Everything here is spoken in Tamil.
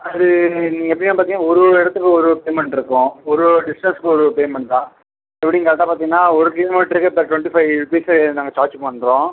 அது நீங்கள் எப்படின்னா பார்த்தீங்கன்னா ஒரு ஒரு இடத்துக்கும் ஒரு ஒரு பேமென்ட் இருக்கும் ஒரு ஒரு டிஸ்டன்ஸ்க்கும் ஒரு ஒரு பேமென்ட் தான் அது எப்படின்னு கரக்ட்டாக பார்த்தீங்கன்னா ஒரு கிலோமீட்டர்க்கு பர் டுவண்ட்டி ஃபைவ் ருபீஸு நாங்கள் சார்ஜ் பண்ணுறோம்